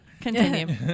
Continue